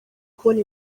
kubona